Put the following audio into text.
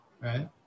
right